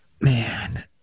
man